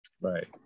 right